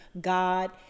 God